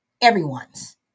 everyone's